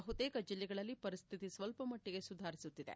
ಬಹುತೇಕ ಜಿಲ್ಲೆಗಳಲ್ಲಿ ಪರಿಸ್ಠಿತಿ ಸ್ವಲ್ಪ ಮಟ್ಟಿಗೆ ಸುಧಾರಿಸುತ್ತಿದೆ